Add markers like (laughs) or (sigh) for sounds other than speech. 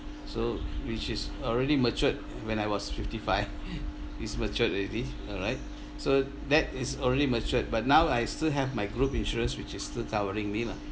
so which is already mature when I was fifty five (laughs) it's matured already alright so that is already matured but now I still have my group insurance which is still covering me lah